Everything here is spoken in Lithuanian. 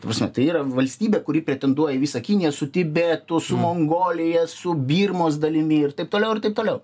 ta prasme tai yra valstybė kuri pretenduoja į visą kiniją su tibetu su mongolija su birmos dalimi ir taip toliau ir taip toliau